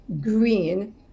green